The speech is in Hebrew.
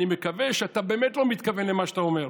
אני מקווה שאתה באמת לא מתכוון למה שאתה אומר.